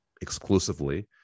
exclusively